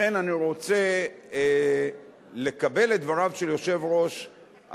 לכן אני רוצה לקבל את דבריו של יושב-ראש הכנסת,